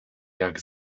jak